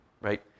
right